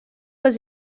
was